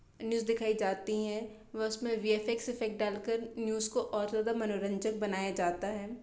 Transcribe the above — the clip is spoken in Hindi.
न्यूज़ दिखाई जाती हैं व उसमें वी एफ एक्स इफेक्ट डालकर न्यूज़ को और ज़्यादा मनोरंजक बनाया जाता है